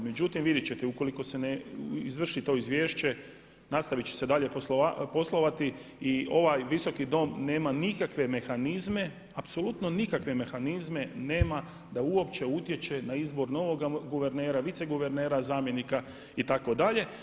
Međutim, vidjet ćete ukoliko se ne izvrši to izvješće nastavit će se dalje poslovati i ovaj Visoki dom nema nikakve mehanizme, apsolutno nikakve mehanizme nema da uopće utječe na izbor novog guvernera, viceguvernera, zamjenika itd.